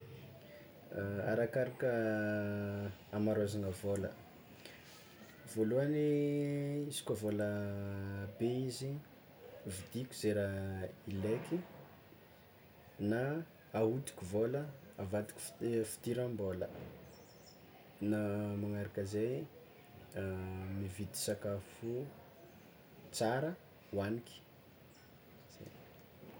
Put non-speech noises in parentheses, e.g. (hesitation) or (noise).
(hesitation) Arakaraka amarôzana vôla, voamohany izy koa vôlabe izy, vidiko ze raha ileky na ahodiko vôla avadiko fi- fidiram-bôla na magnaraka zay, (hesitation) mividy sakafo tsara hoaniky zay.